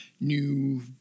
new